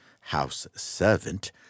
house-servant